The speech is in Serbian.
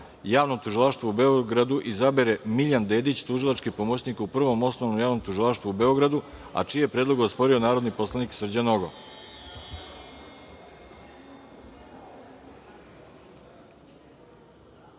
javnom tužilaštvu u Beogradu izabere Miljan Dedić, tužilački pomoćnik u Prvom osnovnom javnom tužilaštvu u Beogradu, a čiji je predlog osporio narodni poslanik Srđan